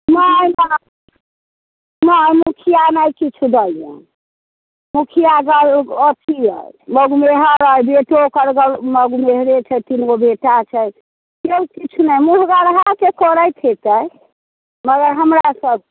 नहि हमरा नहि मुखिया नहि किछु दैए मुखिआ जानू अथी अछि मौगमेहर अइ बेटो ओकर मौगमेहरे छै तीनगो गो बेटा छै केओ किछु नहि मुँहगरबाके करैत होयतै मगर हमरा सबकेँ